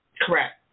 correct